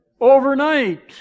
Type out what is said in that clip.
Overnight